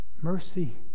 mercy